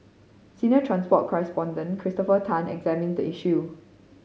senior transport correspondent Christopher Tan examines the issue